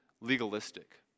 legalistic